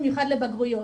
במיוחד לבגרויות.